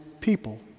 people